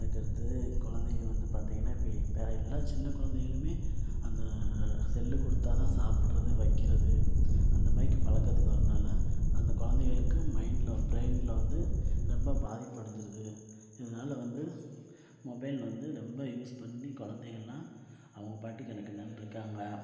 அதுக்கடுத்து குழந்தைக வந்து பார்த்தீங்கனா இப்போ எல்லா சின்ன குழந்தைகளுமே அந்த செல்லு கொடுத்தாதான் சாப்பிட்றது வைக்கிறது அந்தமாய்கி பழக்கத்துக்கு வரதினால அந்த குழந்தைகளுக்கு மைண்டில் பிரைனில் வந்து ரொம்ப பாதிப்படைஞ்சிடுது இதனால வந்து மொபைல் வந்து ரொம்ப யூஸ் பண்ணி குழந்தைகள்லாம் அவங்க பாட்டுக்கு எனெக்கென்னானு இருக்காங்க